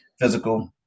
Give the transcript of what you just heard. physical